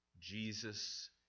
Jesus